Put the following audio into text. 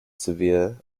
severe